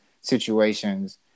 situations